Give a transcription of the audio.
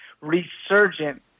resurgent